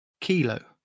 Kilo